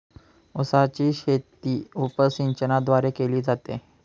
उसाची शेती उपसिंचनाद्वारे केली जाते